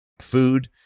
food